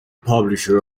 publisher